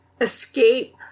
escape